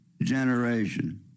generation